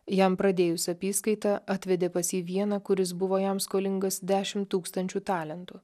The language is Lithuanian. jam pradėjus apyskaitą atvedė pas jį vieną kuris buvo jam skolingas dešimt tūkstančių talentų